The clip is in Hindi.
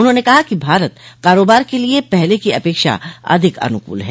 उन्होंने कहा भारत कारोबार के लिए पहले की अपेक्षा अधिक अनुकूल है